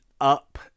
Up